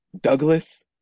Douglas